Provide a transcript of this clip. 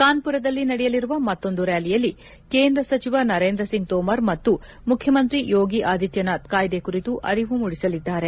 ಕಾನ್ವರದಲ್ಲಿ ನಡೆಯಲಿರುವ ಮತ್ತೊಂದು ರ್ಕಾಲಿಯಲ್ಲಿ ಕೇಂದ್ರ ಸಚಿವ ನರೇಂದ್ರ ಸಿಂಗ್ ತೋಮರ್ ಮತ್ತು ಮುಖ್ಕಮಂತ್ರಿ ಯೋಗಿ ಆದಿತ್ಯನಾಥ್ ಕಾಯ್ದೆ ಕುರಿತು ಅರಿವು ಮೂಡಿಸಲಿದ್ದಾರೆ